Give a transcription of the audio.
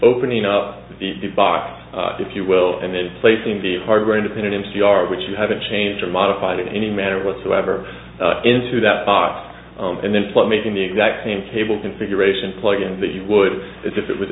opening up the box if you will and then placing the hardware independent m c r which you haven't changed or modified in any manner whatsoever into that box and then plot making the exact same cable configuration plug ins that you would if it was